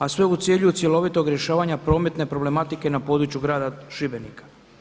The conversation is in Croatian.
A sve u cilju cjelovitog rješavanja prometne problematike na području Grada Šibenika.